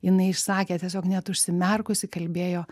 jinai išsakė tiesiog net užsimerkusi kalbėjo